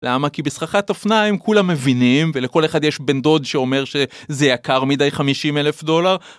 למה כי בסככת אופניים הם כולם מבינים ולכל אחד יש בן דוד שאומר שזה יקר מדי 50 אלף דולר.